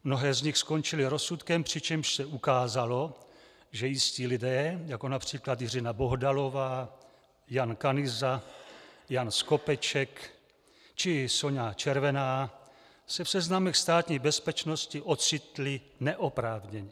Mnohé z nich skončily rozsudkem, přičemž se ukázalo, že jistí lidé, jako například Jiřina Bohdalová, Jan Kanyza, Jan Skopeček či Soňa Červená se v seznamech Státní bezpečnosti ocitli neoprávněně.